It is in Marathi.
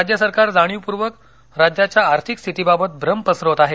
राज्य सरकार जाणीवपूर्णक राज्याच्या आर्थिक स्थितीबाबत भ्रम पसरवत आहे